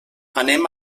anem